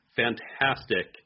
fantastic